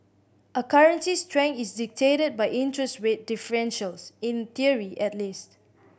a currency's strength is dictated by interest rate differentials in theory at least